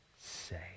say